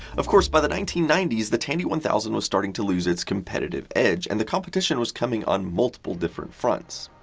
of course, by the nineteen ninety s the tandy one thousand was starting to lose its competitive edge. and the competition was coming in on multiple different fronts.